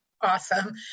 awesome